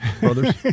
brothers